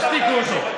תשתיקו אותו.